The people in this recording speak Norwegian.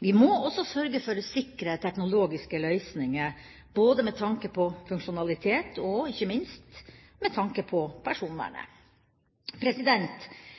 Vi må også sørge for å sikre teknologiske løsninger, både med tanke på funksjonalitet og – ikke minst – med tanke på personvernet.